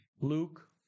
Luke